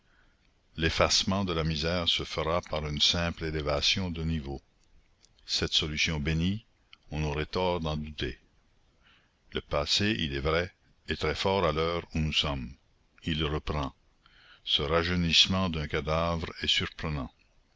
l'effacement de la misère se fera par une simple élévation de niveau cette solution bénie on aurait tort d'en douter le passé il est vrai est très fort à l'heure où nous sommes il reprend ce rajeunissement d'un cadavre est surprenant